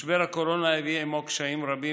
משבר הקורונה הביא עימו קשיים רבים